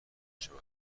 شود